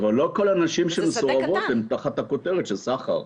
אבל לא כל הנשים שמסורבות הן תחת הכותרת של סחר.